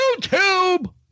YouTube